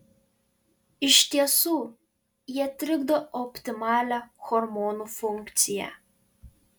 iš tiesų jie trikdo optimalią hormonų funkciją